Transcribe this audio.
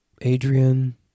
Adrian